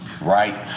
right